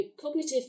cognitive